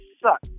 suck